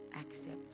accept